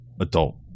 adult